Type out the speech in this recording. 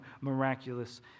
miraculous